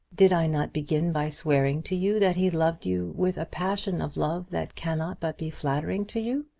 did i not begin by swearing to you that he loved you with a passion of love that cannot but be flattering to you?